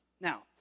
now